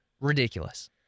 ridiculous